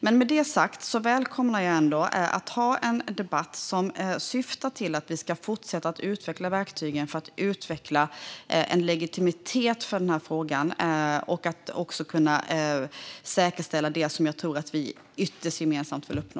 Men med det sagt välkomnar jag ändå en debatt som syftar till att vi ska fortsätta att utveckla verktygen för att utveckla en legitimitet för denna fråga och också kunna säkerställa det som jag tror att vi ytterst gemensamt vill uppnå.